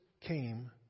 came